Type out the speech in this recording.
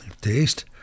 taste